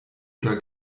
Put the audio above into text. oder